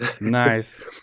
nice